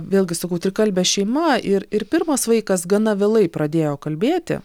vėlgi sakau trikalbė šeima ir ir pirmas vaikas gana vėlai pradėjo kalbėti